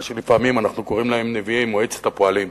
מה שלפעמים אנחנו קוראים להם "נביאי מועצת הפועלים",